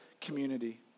community